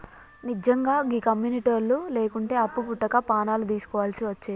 నిజ్జంగా గీ కమ్యునిటోళ్లు లేకుంటే అప్పు వుట్టక పానాలు దీస్కోవల్సి వచ్చేది